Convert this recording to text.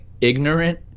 ignorant